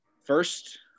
first